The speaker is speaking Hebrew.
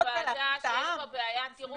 אבל מה, אתה רוצה, להחליף את העם?